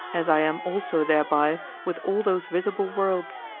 as i am also thereby with all those visible worlds.